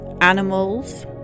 animals